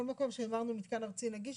כל מקום שאמרנו מתקן ארצי נגיש,